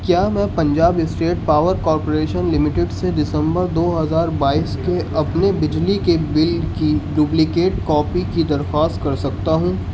کیا میں Punjab state power corporation limited سے ڈسمبر دو ہزار بائیس کے اپنے بجلی کے بل کی ڈبلیکیٹ کاپی کی درخواست کر سکتا ہوں